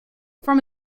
from